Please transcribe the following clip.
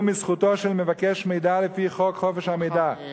מזכותו של מבקש מידע לפי חוק חופש המידע,